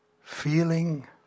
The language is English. feeling